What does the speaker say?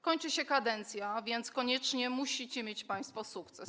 Kończy się kadencja, a więc koniecznie musicie mieć państwo sukces.